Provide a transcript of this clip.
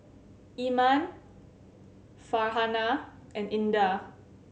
Iman Farhanah and Indah